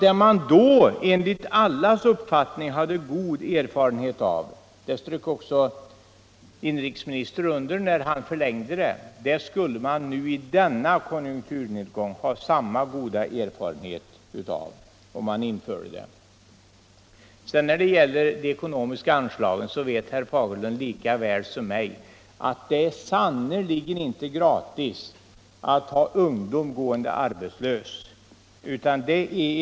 Vi hade den gången enligt allas uppfattning god erfarenhet av bidraget, och det underströk också inrikesministern när han förlängde stödet. Och då menar jag att man i denna konjunkturnedgång skulle ha samma goda nytta av bidraget, om det återinfördes. Vad sedan gäller ekonomin vet herr Fagerlund lika bra som jag att man sannerligen inte kan ha ungdomar gående arbetslösa utan att det kostar pengar.